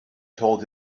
told